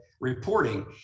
reporting